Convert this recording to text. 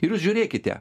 ir jūs žiūrėkite